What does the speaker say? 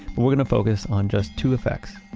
but we're going to focus on just two effects.